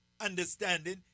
understanding